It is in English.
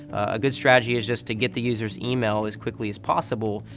a good strategy is just to get the user's email as quickly as possible.